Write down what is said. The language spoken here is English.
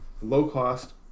low-cost